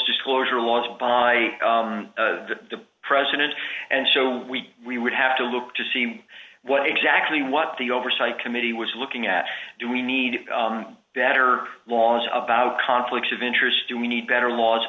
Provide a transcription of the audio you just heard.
disclosure laws by the president and so we we would have to look to see what exactly what the oversight committee was looking at do we need better laws about conflicts of interest do we need better laws